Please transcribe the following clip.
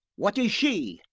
what is she?